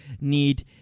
need